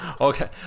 Okay